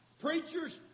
preachers